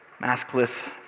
maskless